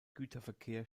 güterverkehr